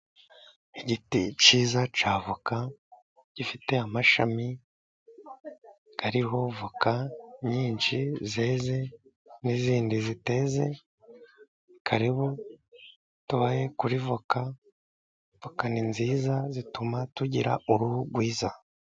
Igiti cyiza cya avoka gifite amashami, ariho voka nyinshi zeze n'izindi ziteze, karibu tubahe kuri voka, voka nziza zituma tugira uruhu rwiza.